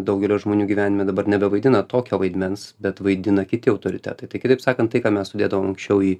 daugelio žmonių gyvenime dabar nebevaidina tokio vaidmens bet vaidina kiti autoritetai tai kitaip sakant tai ką mes sudėdavom anksčiau į